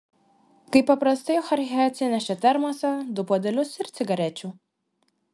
kaip paprastai chorchė atsinešė termosą du puodelius ir cigarečių